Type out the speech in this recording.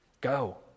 Go